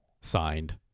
Signed